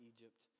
Egypt